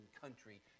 country